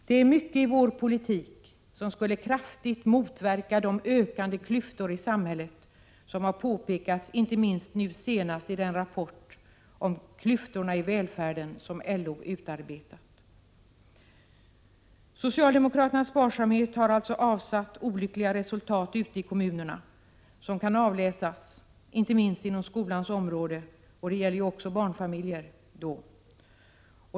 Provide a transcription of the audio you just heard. Det är mycket i vår politik som kraftigt skulle kunna motverka de ökande klyftorna i samhället, vilket har påpekats inte minst nu senast i den rapport om klyftorna i välfärden som LO utarbetat. Socialdemokraternas sparsamhet har alltså skapat olyckliga resultat i kommunerna. Det kan avläsas inte minst på skolans ohråde och det gäller även barnfamiljerna.